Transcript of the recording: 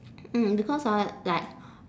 mm because ah like